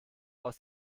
aus